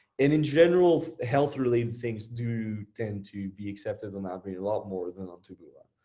in in general, health related things do tend to be accepted on outbrain a lot more than on taboola.